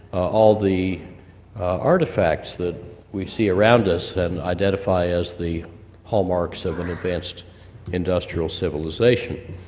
all the artifacts that we see around us, and identify as the hallmarks of an advanced industrial civilization.